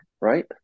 right